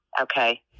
okay